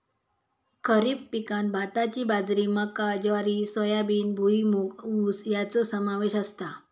खरीप पिकांत भाताची बाजरी मका ज्वारी सोयाबीन भुईमूग ऊस याचो समावेश असता